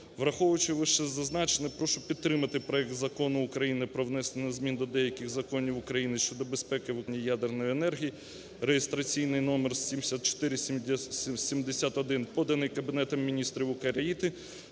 Враховуючи вищезазначене, прошу підтримати проект Закону України про внесення змін до деяких законів України щодо безпеки використання ядерної енергії (реєстраційний номер 7471), поданий Кабінетом Міністрів України,